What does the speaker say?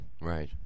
right